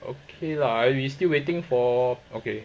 okay lah I we still waiting for okay